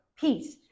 peace